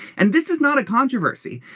and this is not a controversy.